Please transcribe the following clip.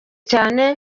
cyane